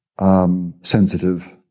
sensitive